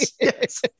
Yes